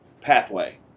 pathway